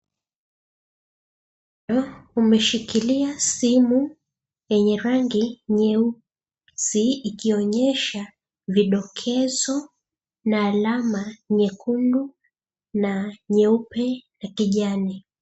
Mkono umeshikilia simu yenye rangi nyeusi ikionyesha vidokezo na alama nyekundu na nyeupe na kijani.